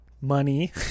Money